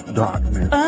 darkness